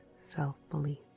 self-belief